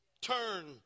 Turn